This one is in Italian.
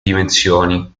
dimensioni